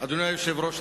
אדוני היושב-ראש,